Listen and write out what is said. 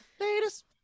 Latest